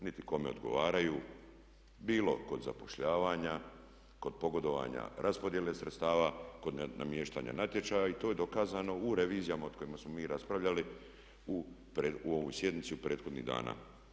Niti kome odgovaraju bilo kod zapošljavanja, kod pogodovanja raspodjele sredstava, kod namještanja natječaja i to je dokazano u revizijama o kojima smo mi raspravljali u ovoj sjednici prethodnih dana.